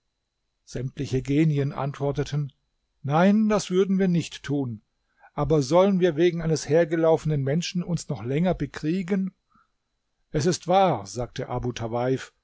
sämtliche genien antworteten nein das würden wir nicht tun aber sollen wir wegen eines hergelaufenen menschen uns noch länger bekriegen es ist wahr sagte abu tawaif